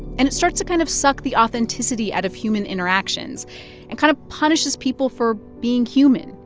and it starts to kind of suck the authenticity out of human interactions and kind of punishes people for being human,